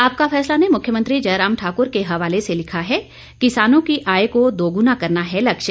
आपका फैसला ने मुख्यमंत्री जयराम ठाकुर के हवाले से लिखा है किसानों की आय को दोगुना करना है लक्ष्य